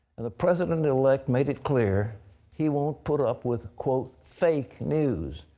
and the president-elect made it clear he won't put up with, quote, fake news.